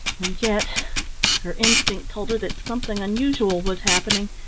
and yet her instinct told her that something unusual was happening,